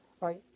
right